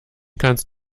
kannst